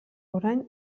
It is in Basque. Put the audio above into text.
orain